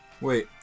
Wait